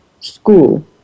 school